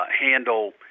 handle